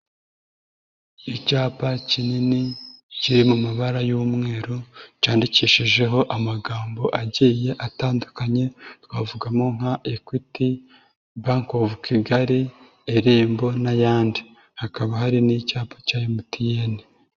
Icyapa kinini kiri mu mabara y'umweru cyandikishijeho amagambo agiye atandukanye twavugamo nka Equity, Bank of Kigali, irembo n'ayandi. Hakaba hari n'icyapa cya MTN.